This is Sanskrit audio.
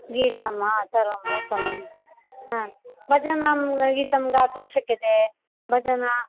गीतं वा सर्वम् उत्तमं हा भजनं गीतं गातुं शक्यते भजना